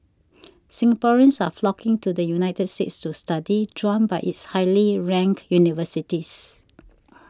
Singaporeans are flocking to the United States to study drawn by its highly ranked universities